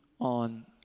on